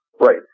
Right